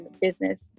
business